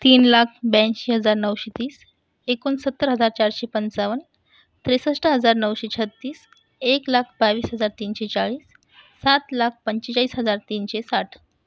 तीन लाख ब्याऐंशी हजार नऊशे तीस एकोणसत्तर हजार चारशे पंचावन्न त्रेसष्ट हजार नऊशे छत्तीस एक लाख बावीस हजार तीनशे चाळीस सात लाख पंचेचाळीस हजार तीनशे साठ